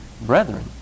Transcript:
brethren